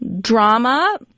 drama